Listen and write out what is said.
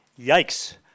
Yikes